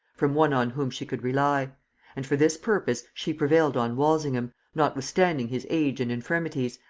from one on whom she could rely and for this purpose she prevailed on walsingham, notwithstanding his age and infirmities,